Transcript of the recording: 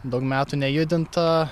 daug metų nejudinta